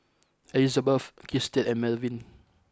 Elizabet Christian and Melvin